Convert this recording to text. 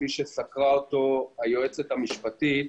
כפי שסקרה אותו היועצת המשפטית,